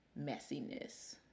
messiness